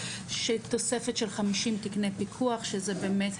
תוספת של חמישים תיקני פיקוח שזה באמת,